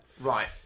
Right